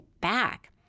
back